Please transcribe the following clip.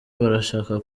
barashaka